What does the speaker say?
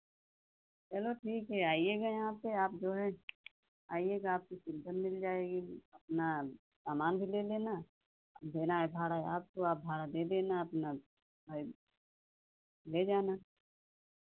चलो ठीक है आइयेगा यहाँ पर आप जो है आइयेगा आपको एकदम मिल जाएगी अपना सामान भी ले लेना देना है भाड़ा आपको आप भाड़ा दे देना अपना और ले जाना